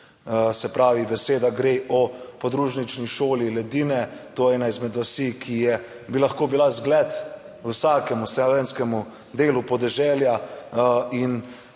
se pravi, beseda gre o podružnični šoli Ledine, to je ena izmed vasi, ki bi lahko bila zgled vsakemu slovenskemu delu podeželja. In